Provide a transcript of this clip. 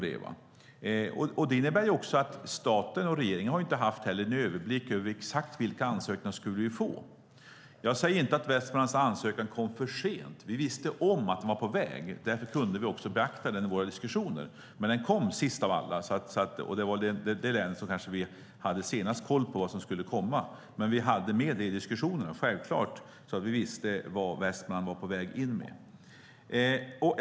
Det innebär också att staten och regeringen inte har haft överblick över vilka ansökningar vi exakt skulle få. Jag säger inte att Västmanlands ansökan kom för sent. Vi visste om att den var på väg, och därför kunde vi också beakta den i våra diskussioner, men den kom sist av alla och var den vi senast hade koll på. Men vi hade med den i diskussionerna och visste vad Västmanland var på väg att skicka in.